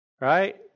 right